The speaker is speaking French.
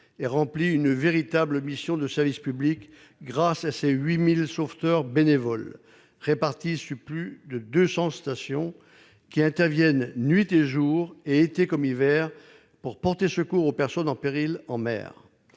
remplit une véritable mission de service public, grâce à ses 8 000 sauveteurs bénévoles répartis sur plus de 200 stations, qui interviennent nuit et jour, été comme hiver, pour porter secours aux personnes en péril en mer.